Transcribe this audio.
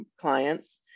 clients